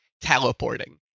teleporting